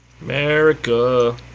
America